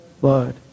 Blood